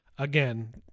Again